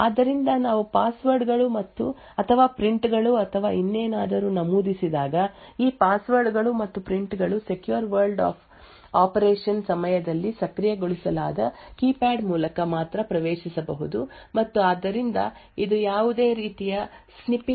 ಆದ್ದರಿಂದ ನಾವು ಪಾಸ್ವರ್ಡ್ ಗಳು ಅಥವಾ ಪ್ರಿಂಟ್ ಗಳು ಅಥವಾ ಇನ್ನೇನಾದರೂ ನಮೂದಿಸಿದಾಗ ಈ ಪಾಸ್ವರ್ಡ್ಗಳು ಮತ್ತು ಪ್ರಿಂಟ್ ಗಳು ಸೆಕ್ಯೂರ್ ವರ್ಲ್ಡ್ ಆ ಆಪರೇಷನ್ ಸಮಯದಲ್ಲಿ ಸಕ್ರಿಯಗೊಳಿಸಲಾದ ಕೀಪ್ಯಾಡ್ ಮೂಲಕ ಮಾತ್ರ ಪ್ರವೇಶಿಸಬಹುದು ಮತ್ತು ಆದ್ದರಿಂದ ಇದು ಯಾವುದೇ ರೀತಿಯ ಸ್ನಿಪ್ಪಿಂಗ್ ದಾಳಿಯಿಂದ ಸುರಕ್ಷಿತವಾಗಿರುತ್ತದೆ